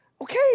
Okay